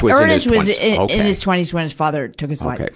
but ernest was in, in his twenty s when his father took his like ah